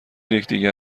یکدیگر